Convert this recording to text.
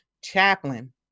chaplain